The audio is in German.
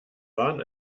waren